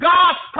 God's